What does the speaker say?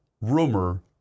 rumor